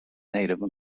native